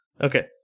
Okay